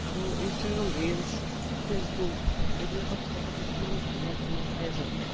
আৰু Instagram reels Facebook এইবিলাকত চাই থাকোঁ কিমান ধুনীয়া ধুনীয়া ঠাই আছে তাতে